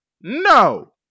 No